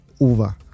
over